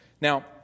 Now